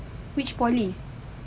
which poly